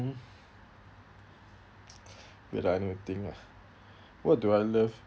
wait ah let me think lah what do I love